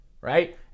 right